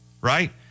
Right